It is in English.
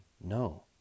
no